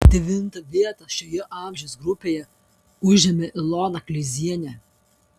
devintą vietą šioje amžiaus grupėje užėmė ilona kleizienė